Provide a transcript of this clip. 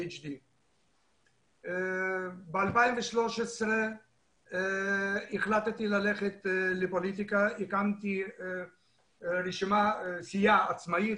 PHD. בשנת 2013 החלטתי ללכת לפוליטיקה והקמתי סיעה עצמאית,